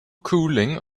cooling